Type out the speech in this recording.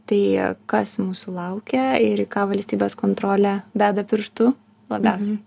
tai kas mūsų laukia ir į ką valstybės kontrolė beda pirštu labiausiai